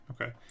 Okay